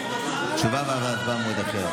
למה, תשובה והצבעה במועד אחר.